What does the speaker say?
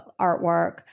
artwork